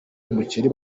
umuceri